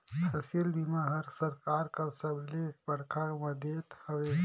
फसिल बीमा हर सरकार कर सबले बड़खा मदेत हवे